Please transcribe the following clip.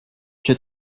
czy